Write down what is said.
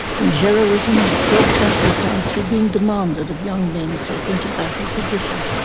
when heroism and self-sacrifice were being demanded of young men sent into battle for britain.